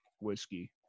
whiskey